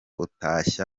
utashye